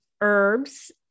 herbs